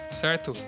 certo